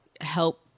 help